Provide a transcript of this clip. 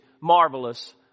marvelous